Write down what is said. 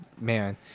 man